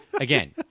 Again